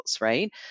right